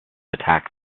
attack